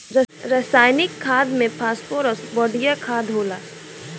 रासायनिक खाद में फॉस्फोरस बढ़िया खाद होला